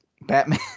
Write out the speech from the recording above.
Batman